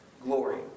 glory